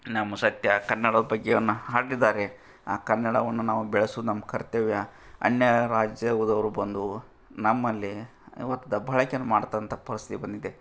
ನಮ್ಮ ಸತ್ಯ ಕನ್ನಡದ ಬಗ್ಗೆನ್ನ ಹಾಡಿದ್ದಾರೆ ಆ ಕನ್ನಡವನ್ನು ನಾವು ಬೆಳೆಸುದು ನಮ್ಮ ಕರ್ತವ್ಯ ಅನ್ಯ ರಾಜ್ಯದವ್ರು ಬಂದು ನಮ್ಮಲ್ಲಿ ಇವತ್ತು ದಬ್ಬಾಳಿಕೆಯನ್ನು ಮಾಡ್ತಕ್ಕಂಥ ಪರಿಸ್ಥಿತಿ ಬಂದಿದೆ